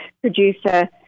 producer